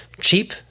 Cheap